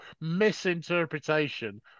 misinterpretation